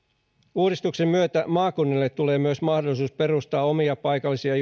uudistuksen myötä maakunnille tulee myös mahdollisuus perustaa omia paikallisia